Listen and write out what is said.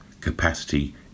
capacity